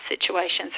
situations